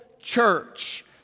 church